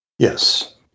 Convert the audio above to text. Yes